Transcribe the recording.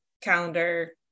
calendar